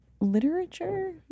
Literature